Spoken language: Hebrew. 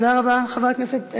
תודה רבה, חברת הכנסת אלהרר,